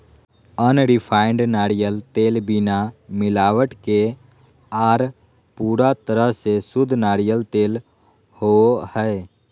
unrefined नारियल तेल बिना मिलावट के आर पूरा तरह से शुद्ध नारियल तेल होवो हय